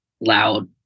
loud